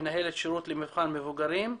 מנהלת שירות מבחן מבוגרים.